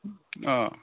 अ